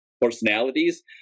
personalities